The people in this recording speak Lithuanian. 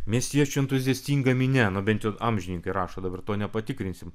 miestiečių entuziastinga minia nu bent jau amžininkai rašo dabar to nepatikrinsim